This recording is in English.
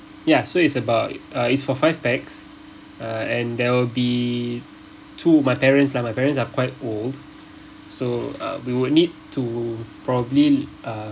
ya so it's about uh is for five pax uh and there will be two my parents lah my parents are quite old so uh we will need to probably uh